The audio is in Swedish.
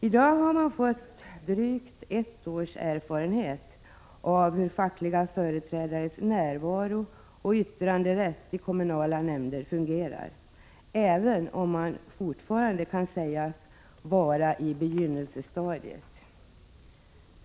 I dag har kommunerna fått drygt ett års erfarenhet av hur fackliga företrädares närvarooch yttranderätt i kommunala nämnder fungerar, även om de fortfarande kan sägas vara i begynnelsestadiet.